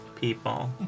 people